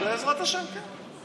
אז בעזרת השם, כן.